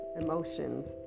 emotions